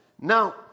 Now